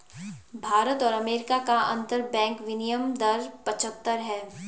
भारत और अमेरिका का अंतरबैंक विनियम दर पचहत्तर है